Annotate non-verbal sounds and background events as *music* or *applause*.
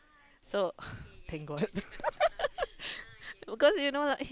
so *breath* thank god *laughs* because you know like